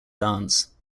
dance